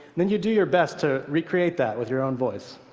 then you'd do your best to recreate that with your own voice.